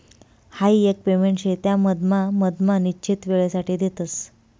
हाई एक पेमेंट शे त्या मधमा मधमा निश्चित वेळसाठे देतस